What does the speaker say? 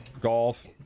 golf